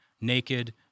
naked